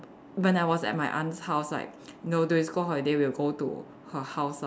when I was at my aunt's house like you know during school holiday we'll go to her house lah